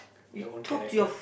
your own character